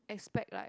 expect like